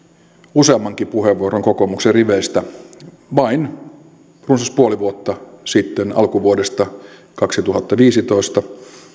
useammankin puheenvuoron kokoomuksen riveistä vain runsas puoli vuotta sitten alkuvuodesta kaksituhattaviisitoista